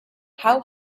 how